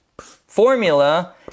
formula